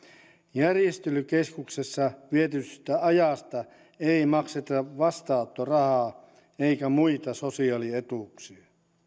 järjestelykeskuksessa vietetystä ajasta ei makseta vastaanottorahaa eikä muita sosiaalietuuksia